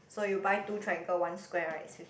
so you buy two triangle one square [right]